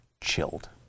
chilled